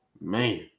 man